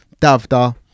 Davda